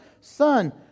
son